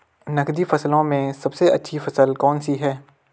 नकदी फसलों में सबसे अच्छी फसल कौन सी है?